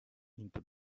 into